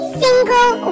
single